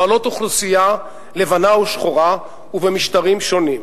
בעלות אוכלוסייה לבנה ושחורה ובמשטרים שונים.